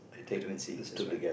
vitamin C that's right